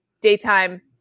daytime